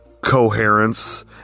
coherence